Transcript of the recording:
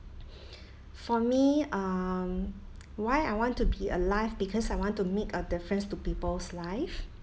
for me um why I want to be alive because I want to make a difference to people's life